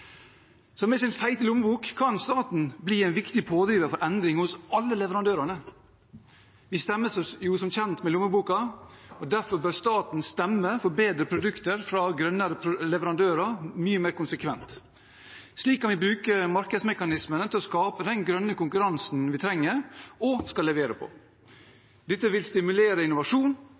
Med sin feite lommebok kan staten bli en viktig pådriver for endring hos alle leverandørene. Vi stemmer som kjent med lommeboken, og derfor bør staten stemme mye mer konsekvent for bedre produkter fra grønnere leverandører. Slik kan vi bruke markedsmekanismene til å skape den grønne konkurransen vi trenger og skal levere på. Dette vil stimulere til innovasjon